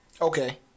Okay